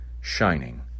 shining